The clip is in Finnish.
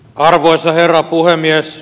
arvoisa herra puhemies